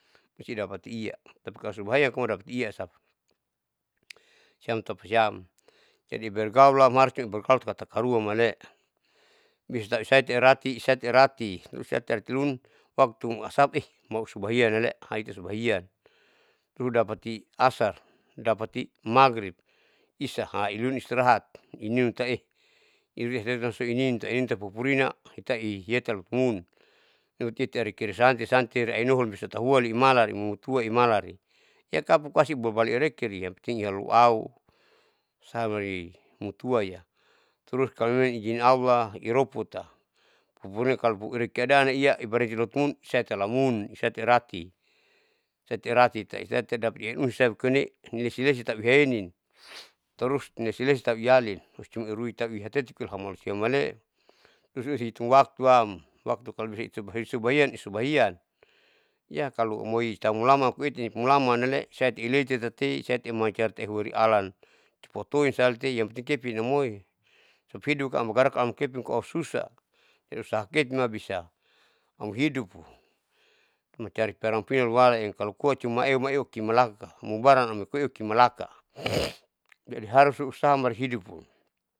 Musti dapati iya tapi kalo su bahaya mau dapati iya asapa. Siam tapa siam jadi bergaul am harus jang taka takaruang male'e. Bisa usati irati usati irati waktu asapa eh mau subahiyan ale aitu subahian ludapti ashar, dapati magrib, isya iluni istrahat iniun tau e iniun tau popurina usatau i popurina iyata lotomun yau teti arekeresahante sate ainuhun bisatau hua liimala rimutua imalari. Ya kapukoasi babali irekiri yang penting yalou au samari mutua iya terus kalo memang ijin allah roputa pupurina kalo irekiadaan iya ibarenti lotomun sehat salamun nisati irati, isati irati isati dapati eu un sau koine lesi lesi tapi iyahenin tarus ilesi lesi tau iyalin uh cuman iruitau ihatetu hamalu siam male'e. Lesi lesi hitung waktu am waktu kalo bisa i subahi subahian. Ya kalo amoi tau mulaman amkoiti nipimulaman ale isati ileto tati isati ehmai carita ihueri alan potuin salte yang penting keping amoi sup hidup am bagara am keping koa au susah ya usaha keping ma bisa amhidup u cuma cari tarampina lualaen kalo koa cuma eu mai eu mai kimalaka mu barang amoi koa kimalaka jadi harus su usaha mari hidup u.